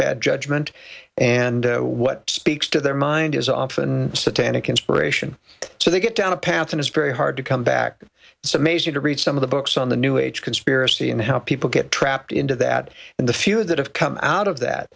bad judgment and what speaks to their mind is often satanic inspiration so they get down a path and it's very hard to come back it's amazing to read some of the books on the new age conspiracy and how people get trapped into that in the few that have come out of that